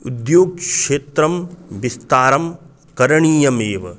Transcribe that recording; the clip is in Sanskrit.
उद्योगक्षेत्रस्य विस्तारं करणीयमेव